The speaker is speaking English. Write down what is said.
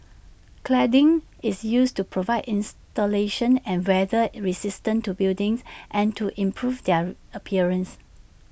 cladding is used to provide insulation and weather resistance to buildings and to improve their appearance